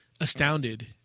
astounded